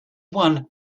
won